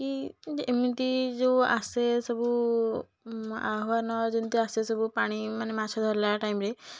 କି ଯେ ଏମିତି ଯେଉଁ ଆସେ ସବୁ ଆହ୍ୱାନ ଯେମିତି ଆସେ ସବୁ ପାଣି ମାନେ ମାଛ ଧରିଲା ଟାଇମ୍ରେ